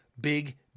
big